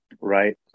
right